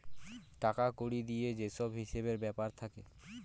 টাকা কড়ি দিয়ে যে সব হিসেবের ব্যাপার থাকে